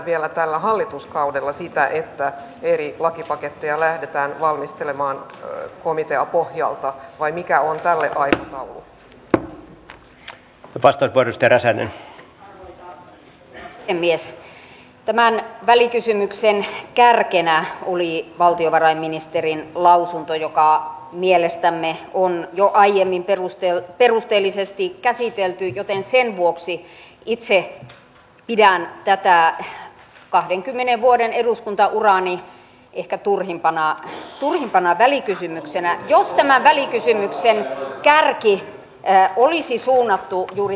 tällöin minä puhun siitä että kun viime hallituskaudella harmaan talouden torjuntaan satsattiin erittäin paljon se oli valtiovarainministerin lausunto joka mielestämme on jo aiemmin yksi viime hallituskauden kärkihankkeista niin nyt me olemme koko tämän hallituskauden käyneet läpi tällä perusporvaripohjalla sitä ettei millään haluta satsata siihen että poliisilla olisi riittäviä toimintamäärärahoja